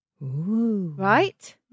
Right